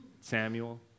Samuel